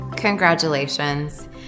Congratulations